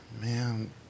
Man